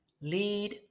lead